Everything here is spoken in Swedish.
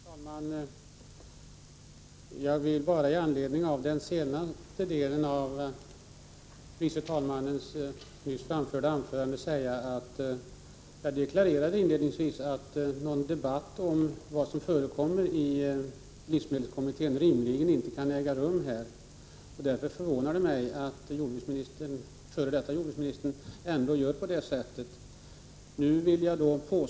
Herr talman! Jag vill med anledning av den senaste delen av andre vice talmannens anförande nyss säga att jag inledningsvis deklarerade att någon debatt om vad som förekommer i livsmedelskommittén rimligen inte kan äga rum här. Därför förvånar det mig att f. d. jordbruksministern ändå berör den saken.